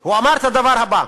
הוא אמר את הדבר הבא,